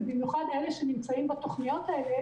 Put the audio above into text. ובמיוחד אלה שנמצאים בתוכניות האלה,